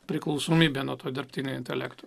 priklausomybę nuo to dirbtinio intelekto